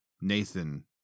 Nathan